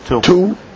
two